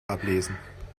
ablesen